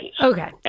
okay